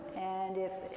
and if,